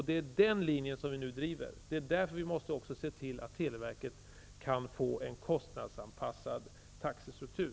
Det är den linjen som vi nu driver, och det är därför som vi måste se till att televerket får en kostnadsanpassad taxestruktur.